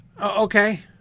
Okay